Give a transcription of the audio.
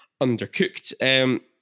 undercooked